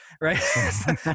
right